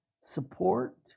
support